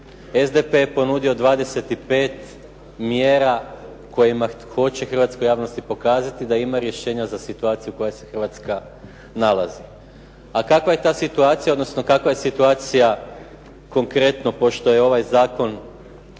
SDP je ponudio 25 mjera kojima hoće hrvatskoj javnosti pokazati da ima rješenja za situaciju u kojoj se Hrvatska nalazi. A kakva je ta situacija, odnosno kakva je situacija konkretno pošto je ovaj zakon